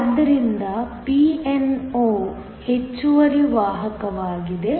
ಆದ್ದರಿಂದ Pno ಹೆಚ್ಚುವರಿ ವಾಹಕವಾಗಿದೆ